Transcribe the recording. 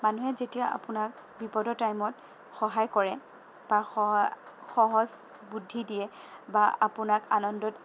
মানুহে যেতিয়া আপোনাক বিপদৰ টাইমত সহায় কৰে বা সহজ বুদ্ধি দিয়ে বা আপোনাক আনন্দত